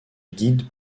guide